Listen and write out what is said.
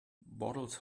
bottles